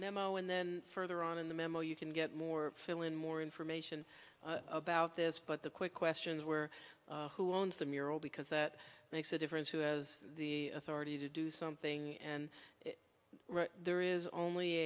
memo and then further on in the memo you can get more fill in more information about this but the quick questions were who owns the mural because that makes a difference who has the authority to do something and if there is only